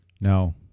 No